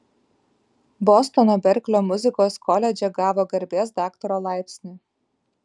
bostono berklio muzikos koledže gavo garbės daktaro laipsnį